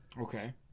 Okay